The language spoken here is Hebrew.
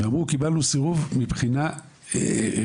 ואמרו קיבלנו סירוב מבחינה רפואית.